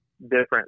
different